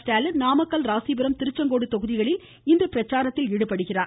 ஸ்டாலின் நாமக்கல் ராசிபுரம் திருச்செங்கோடு தொகுதிகளில் இன்று பிரச்சாரத்தில் ஈடுபடுகிறார்